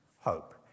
hope